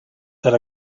that